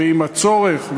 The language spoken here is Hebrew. ועם הצורך,